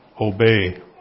obey